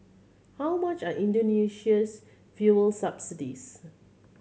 how much are Indonesia's fuel subsidies